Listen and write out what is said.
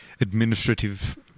administrative